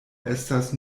estas